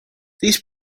this